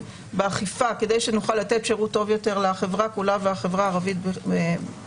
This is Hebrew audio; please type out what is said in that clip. באכיפה כדי שנוכל לתת שירות טוב יותר לחברה כולה והחברה הערבית בפרט,